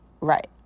Right